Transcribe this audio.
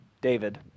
David